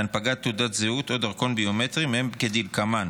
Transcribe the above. להנפקת תעודת זהות או דרכון ביומטריים הם כדלקמן: